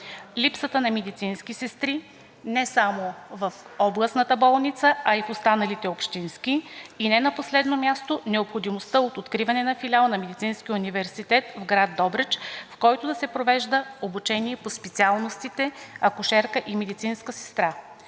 липсата на медицински сестри не само в областната болница, а и в останалите общински, и не на последно място, необходимостта от откриване на филиал на Медицинския университет в град Добрич, в който да се провежда обучение по специалностите акушерка и медицинска сестра?